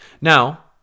Now